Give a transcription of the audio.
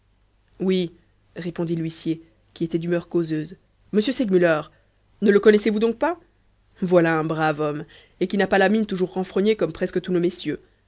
oui reprit l'huissier qui était d'humeur causeuse m segmuller ne le connaissez-vous donc pas voilà un brave homme et qui n'a pas la mine toujours renfrognée comme presque tous nos messieurs